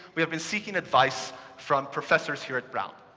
we have been seeking advice from professors here at brown.